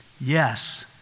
yes